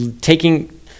taking